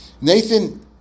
Nathan